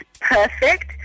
perfect